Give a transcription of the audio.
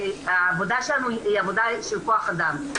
שהעבודה שלנו היא עבודה של כוח אדם.